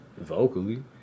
Vocally